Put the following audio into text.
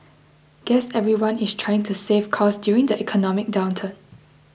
guess everyone is trying to save costs during the economic downturn